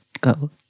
go